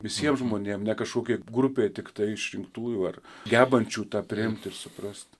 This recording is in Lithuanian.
visiem žmonėm ne kažkokiai grupei tiktai išrinktųjų ar gebančių tą priimt ir suprast